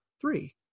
three